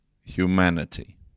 humanity